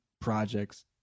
projects